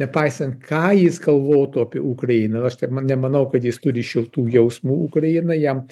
nepaisant ką jis galvotų apie ukrainą aš taip ma nemanau kad jis turi šiltų jausmų ukrainai jam